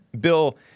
Bill